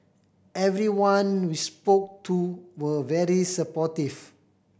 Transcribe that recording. everyone we spoke to were very supportive